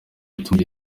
gutuma